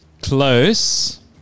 Close